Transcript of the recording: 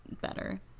better